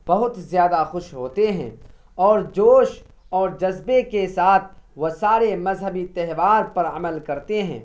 بہت زیادہ خوش ہوتے ہیں اور جوش اور جذبے کے ساتھ وہ سارے مذہبی تہوار پر عمل کرتے ہیں